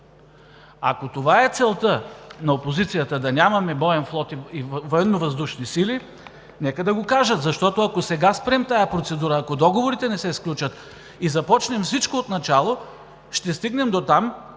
Ако целта на опозицията е да нямаме боен флот и военновъздушни сили, нека да го кажат. Защото ако сега спрем тази процедура, ако договорите не се сключат и започнем всичко отначало, ще стигнем дотам,